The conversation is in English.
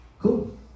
Cool